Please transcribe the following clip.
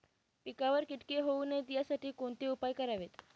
पिकावर किटके होऊ नयेत यासाठी कोणते उपाय करावेत?